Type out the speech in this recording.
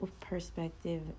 perspective